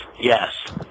yes